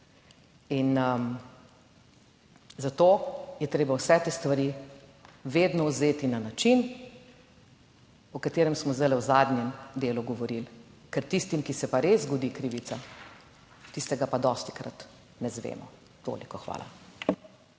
In zato je treba vse te stvari vedno vzeti na način, o katerem smo zdaj v zadnjem delu govorili, ker tistim, ki se pa res zgodi krivica, tistega pa dostikrat ne izvemo. Toliko. Hvala.